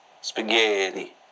Spaghetti